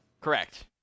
Correct